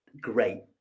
great